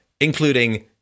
including